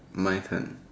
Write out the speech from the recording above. my turn